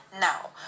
now